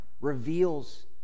Reveals